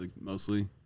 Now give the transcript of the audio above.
mostly